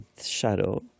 shadow